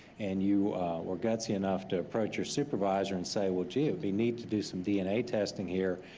and you were gutsy enough to approach your supervisor and say, well gee we need to do some dna testing here.